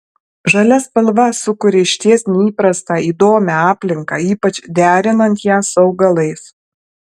žalia spalva sukuria išties neįprastą įdomią aplinką ypač derinant ją su augalais